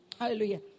Hallelujah